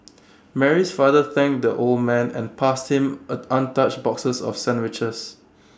Mary's father thanked the old man and passed him an untouched boxes of sandwiches